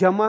جمع